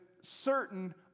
certain